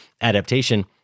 adaptation